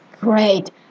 great